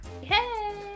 Hey